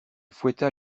fouetta